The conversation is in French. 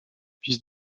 fils